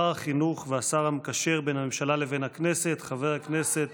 שר החינוך והשר המקשר בין הממשלה לכנסת, חבר הכנסת